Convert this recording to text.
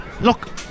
look